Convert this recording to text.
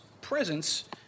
presence